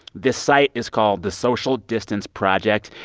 this site is called the social distance project,